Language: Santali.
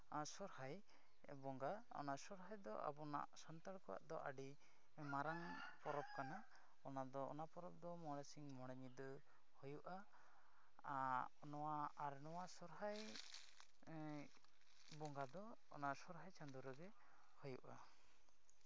ᱥᱚᱦᱨᱟᱭ ᱵᱚᱸᱜᱟ ᱚᱱᱟ ᱥᱚᱦᱨᱟᱭ ᱫᱚ ᱟᱵᱚᱱᱟᱜ ᱥᱟᱱᱛᱟᱲ ᱠᱚᱣᱟᱜ ᱫᱚ ᱟᱹᱰᱤ ᱢᱟᱨᱟᱝ ᱯᱚᱨᱚᱵᱽ ᱠᱟᱱᱟ ᱚᱱᱟ ᱫᱚ ᱚᱱᱟ ᱯᱚᱨᱚᱵᱽ ᱫᱚ ᱢᱚᱬᱮ ᱥᱤᱧ ᱢᱚᱬᱮ ᱧᱤᱫᱟᱹ ᱦᱩᱭᱩᱜᱼᱟ ᱱᱚᱣᱟ ᱟᱨ ᱱᱚᱣᱟ ᱥᱚᱦᱨᱟᱭ ᱵᱚᱸᱜᱟ ᱫᱚ ᱚᱱᱟ ᱥᱚᱦᱨᱟᱭ ᱪᱟᱸᱫᱳ ᱨᱮᱜᱮ ᱦᱩᱭᱩᱜᱼᱟ